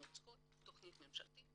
אנחנו צריכות תכנית ממשלתית,